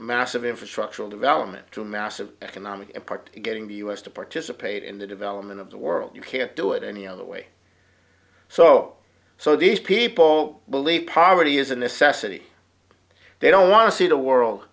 massive infrastructural development to massive economic impact getting the us to participate in the development of the world you can't do it any other way so so these people believe poverty is a necessity they don't want to see the world